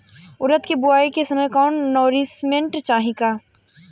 उरद के बुआई के समय कौन नौरिश्मेंट चाही?